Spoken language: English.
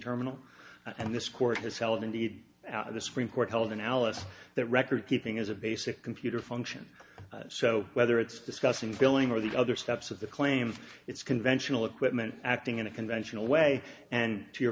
terminal and this court has held in the out of the supreme court held in alice that record keeping as a basic computer function so whether it's discussing billing or the other steps of the claims it's conventional equipment acting in a conventional way and to your